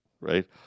right